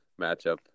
matchup